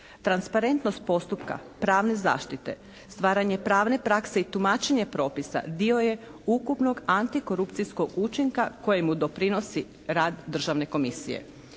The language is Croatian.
Transparentnost postupka pravne zaštite, stvaranje pravne prakse i tumačenje propisa dio je ukupnog antikorupcijskog učinka kojemu doprinosi rad državne komisije.